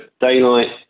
daylight